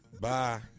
Bye